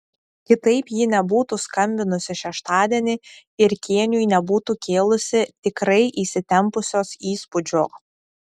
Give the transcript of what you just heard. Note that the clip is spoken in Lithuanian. kitaip ji nebūtų skambinusi šeštadienį ir kėniui nebūtų kėlusi tikrai įsitempusios įspūdžio